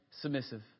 submissive